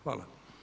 Hvala.